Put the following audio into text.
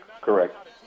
correct